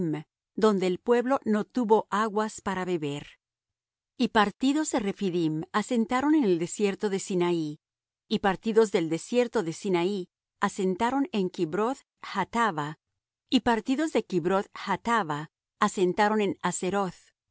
donde el pueblo no tuvo aguas para beber y partidos de rephidim asentaron en el desierto de sinaí y partidos del desierto de sinaí asentaron en fmfm kibroth hataava y partidos de kibroth hataava asentaron en